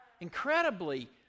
Incredibly